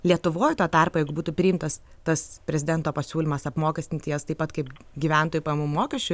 lietuvoj tuo tarpu jeigu būtų priimtas tas prezidento pasiūlymas apmokestinti jas taip pat kaip gyventojų pajamų mokesčiu